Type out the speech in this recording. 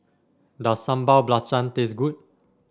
does Sambal Belacan taste good